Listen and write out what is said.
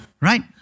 right